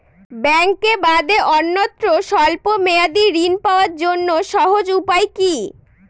ব্যাঙ্কে বাদে অন্যত্র স্বল্প মেয়াদি ঋণ পাওয়ার জন্য সহজ উপায় কি?